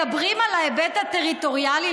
מדברים על ההיבט הטריטוריאלי,